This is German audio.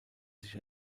sich